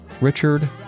Richard